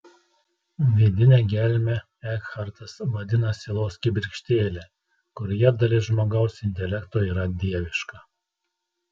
vidinę gelmę ekhartas vadina sielos kibirkštėle kurioje dalis žmogaus intelekto yra dieviška